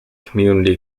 community